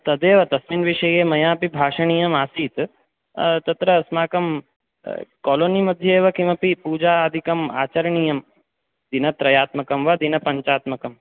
तदेव तस्मिन् विषये मयापि भाषणीयमासीत् तत्र अस्माकं कोलोनि मध्ये एव किमपि पूजा अधिकम् आचरणीयं दिनत्रयात्मकं वा दिनपञ्चात्मकं